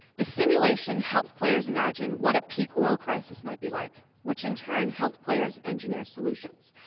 the simulation helped players imagine what a peak oil crisis might be like which in turn, helped players engineer solutions.